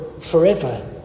forever